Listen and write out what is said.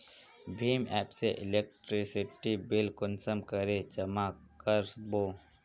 भीम app से electricity bill कुंसम करे जमा कर बो?